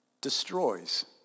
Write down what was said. destroys